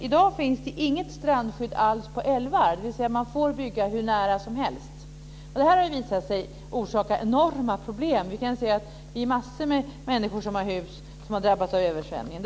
I dag finns det inget strandskydd alls för älvar, dvs. man får bygga hur nära som helst. Det här har visat sig orsaka enorma problem. Det är massor av människor som har hus som har drabbats av översvämningar.